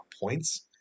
points